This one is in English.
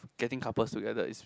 getting couples together is